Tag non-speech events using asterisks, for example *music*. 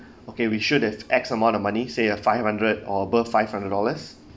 *breath* okay we should have X amount of money say a five hundred or above five hundred dollars